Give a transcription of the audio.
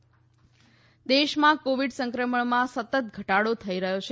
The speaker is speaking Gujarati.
કોવિડ દેશમાં કોવિડ સંક્રમણમાં સતત ઘટાડો થઇ રહયો છે